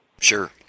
Sure